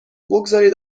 بگذارید